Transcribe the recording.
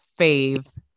fave